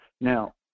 Now